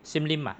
sim lim ah